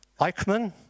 Eichmann